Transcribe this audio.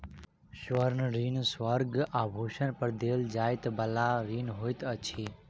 स्वर्ण ऋण स्वर्ण आभूषण पर देल जाइ बला ऋण होइत अछि